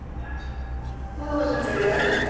that wasn't very nice.